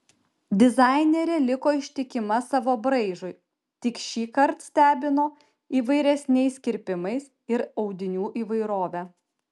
dizainerė liko ištikima savo braižui tik šįkart stebino įvairesniais kirpimais ir audinių įvairove